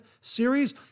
series